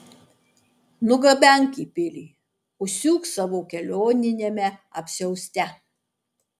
nugabenk į pilį užsiūk savo kelioniniame apsiauste